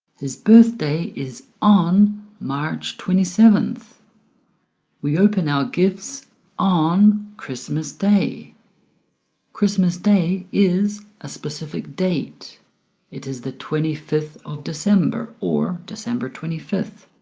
his birthday is on march twenty seventh we open our gifts on christmas day christmas day is a specific date it is the twenty fifth of december or december twenty fifth,